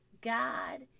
God